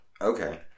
okay